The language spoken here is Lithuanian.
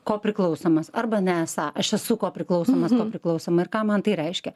kopriklausomas arba nesą aš esu kopriklausomas nuo priklausomo ir ką man tai reiškia